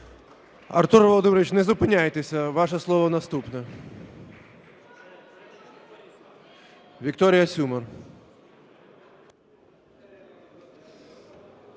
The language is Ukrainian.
Артур Володимирович, не зупиняйтеся, ваше слово наступне. Вікторія Сюмар.